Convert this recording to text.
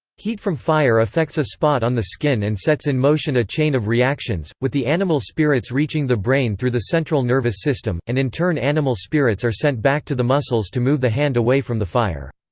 heat from fire affects a spot on the skin and sets in motion a chain of reactions, with the animal spirits reaching the brain through the central nervous system, and in turn animal spirits are sent back to the muscles to move the hand away from the fire.